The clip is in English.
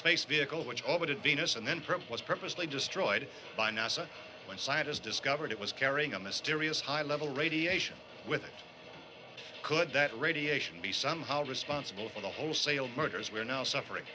space vehicle which over to venus and then print was purposely destroyed by nasa when scientists discovered it was carrying a mysterious high level radiation with could that radiation be somehow responsible for the wholesale murders we're now suffering